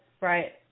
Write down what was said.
right